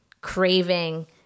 craving